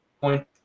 point